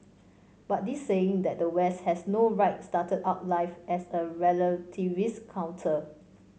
but this saying that the West has no right started out life as a relativist counter